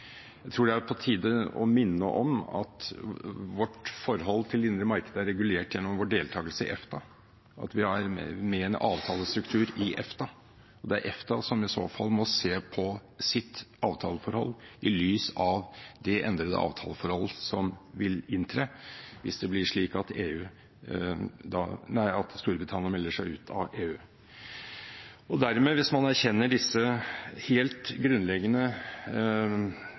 Jeg tror det er på tide å minne om at vårt forhold til det indre marked er regulert gjennom vår deltakelse i EFTA, at vi er med i en avtalestruktur i EFTA, og at det er EFTA som i så fall må se på sitt avtaleforhold i lys av det endrede avtaleforhold som vil inntre hvis det blir slik at Storbritannia melder seg ut av EU. Og dermed, hvis man erkjenner disse helt grunnleggende